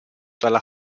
dalla